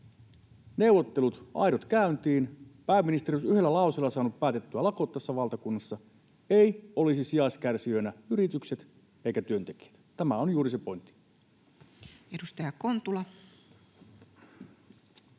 neuvottelut käyntiin. Pääministeri olisi yhdellä lauseella saanut päätettyä lakot tässä valtakunnassa — sijaiskärsijöinä eivät olisi yritykset ja työntekijät. Tämä on juuri se pointti. [Speech 274]